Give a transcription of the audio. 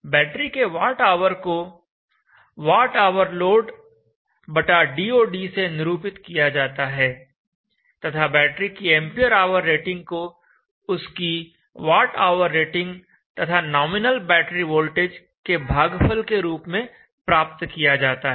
battery के watt hour को WhloadDOD से निरूपित किया जाता है तथा बैटरी की एंपियर आवर रेटिंग को उसकी वाट ऑवर रेटिंग तथा नॉमिनल बैटरी वोल्टेज के भागफल के रूप में प्राप्त किया जाता है